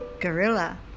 Gorilla